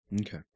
Okay